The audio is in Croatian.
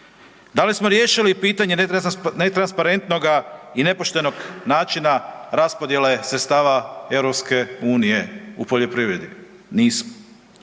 Da li smo riješili pitanje netransparentnoga i nepoštenog načina raspodijele sredstava EU u poljoprivredi? Nismo.